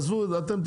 זה בעייתי.